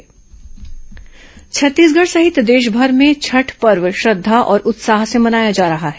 छठ पर्व छत्तीसगढ़ सहित देशमर में छठ पर्व श्रद्धा और उत्साह से मनाया जा रहा है